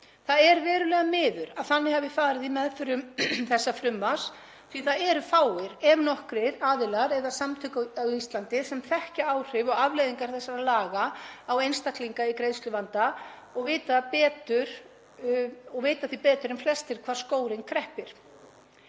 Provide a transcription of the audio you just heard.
Það er verulega miður að þannig hafi farið í meðförum þessa frumvarps því að það eru fáir ef nokkrir aðilar eða samtök á Íslandi sem þekkja áhrif og afleiðingar þessara laga á einstaklinga í greiðsluvanda og vita betur en flestir hvar skórinn kreppir.